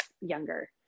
younger